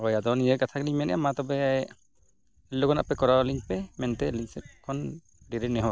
ᱦᱳᱭ ᱟᱫᱚ ᱱᱤᱭᱟᱹ ᱠᱟᱛᱷᱟ ᱜᱮᱞᱤᱧ ᱢᱮᱱᱮᱜᱼᱟ ᱢᱟᱛᱚᱵᱮ ᱞᱚᱜᱚᱱᱚᱜ ᱯᱮ ᱠᱚᱨᱟᱣ ᱟᱹᱞᱤᱧ ᱯᱮ ᱢᱮᱱᱛᱮᱫ ᱟᱹᱞᱤᱧ ᱥᱮᱫ ᱠᱷᱚᱱ ᱟᱹᱰᱤ ᱟᱹᱰᱤ ᱱᱮᱦᱚᱨ